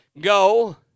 go